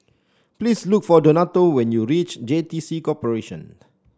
please look for Donato when you reach J T C Corporation